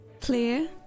Clear